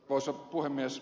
arvoisa puhemies